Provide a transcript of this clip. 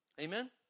Amen